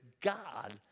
God